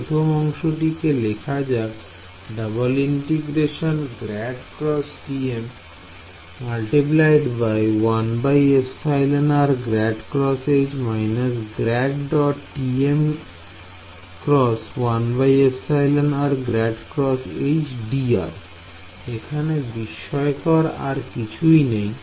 প্রথম অংশটিকে লেখা যাক এখানে বিস্ময়কর আর কিছুই নেই